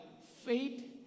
faith